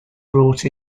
brought